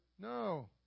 No